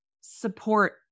support